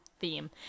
theme